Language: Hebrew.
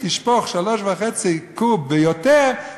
תשפוך 3.5 קוב ויותר,